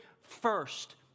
first